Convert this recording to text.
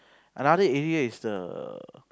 another area is the